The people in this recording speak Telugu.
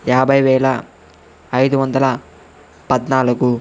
యాభై వేల ఐదు వందల పద్నాలుగు